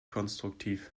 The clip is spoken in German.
konstruktiv